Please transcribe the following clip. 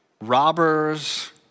Robbers